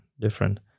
different